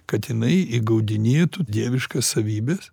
kad jinai įgaudinėtų dieviškas savybes